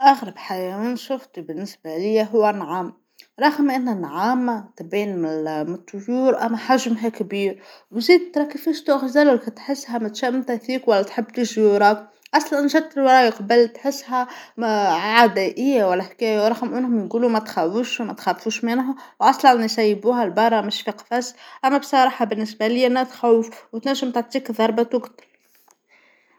أغرب حيوان شفتو بالنسبة ليا هو النعام، رغم أن النعامة تبان من الطيور أما حجمها كبير، وزيد تركض كيفش الغزالة ولك تحسها متشمتة فيك ولا وتحب تجي وراك، أصلا جت ورايا من قبل تحسها ما عدائية ولا حكاية ورغم أنهم يقولو ما تخاووش وما تخافوش منها. وأصلا يسيبوها لبرة مش في قفص أنا بصراحة بالنسبة ليا أنها تخوف وتنجم تعطيك ظربة توك.